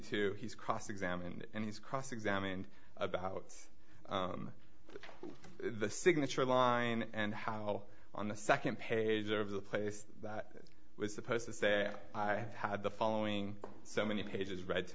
two he's cross examined and he's cross examined about the signature line and how on the second page of the place that was supposed to say i had the following so many pages read to